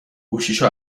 گوشیشو